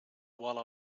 while